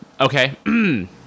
Okay